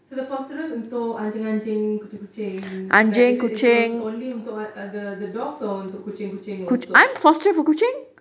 so the fosterers untuk anjing-anjing kucing-kucing like is it is it only untuk the dogs or untuk kucing-kucing also